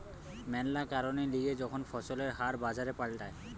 ম্যালা কারণের লিগে যখন ফসলের হার বাজারে পাল্টায়